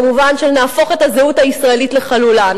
במובן של נהפוך את הזהות הישראלית לחלולה,